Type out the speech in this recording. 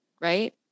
right